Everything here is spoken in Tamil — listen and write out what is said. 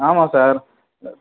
ஆமாம் சார்